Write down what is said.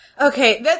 Okay